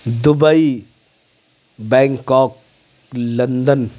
Dubai Bangkok London